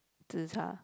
zi-char